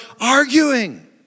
arguing